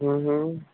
हम्म हम्म